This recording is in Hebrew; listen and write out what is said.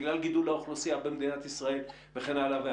בגלל גידול האוכלוסייה במדינת ישראל וכן הלאה.